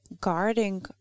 guarding